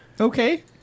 Okay